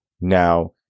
Now